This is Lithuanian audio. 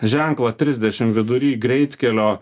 ženklą trisdešim vidury greitkelio